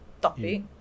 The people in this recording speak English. Topic